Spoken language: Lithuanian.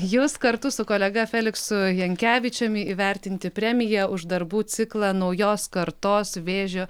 jūs kartu su kolega feliksu jankevičiumi įvertinti premija už darbų ciklą naujos kartos vėžio